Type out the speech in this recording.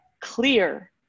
clear